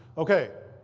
ok.